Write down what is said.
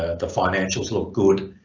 ah the financials look good,